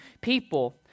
people